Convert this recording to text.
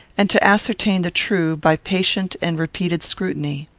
and to ascertain the true by patient and repeated scrutiny.